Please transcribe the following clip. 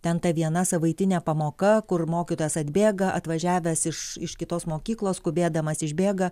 ten ta viena savaitinė pamoka kur mokytojas atbėga atvažiavęs iš iš kitos mokyklos skubėdamas išbėga